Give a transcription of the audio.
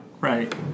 right